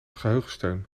geheugensteun